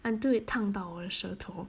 until it 烫到我的舌头